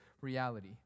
reality